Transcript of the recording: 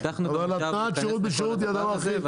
הבטחנו להיכנס לדבר הזה,